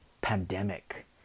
pandemic